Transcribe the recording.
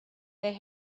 they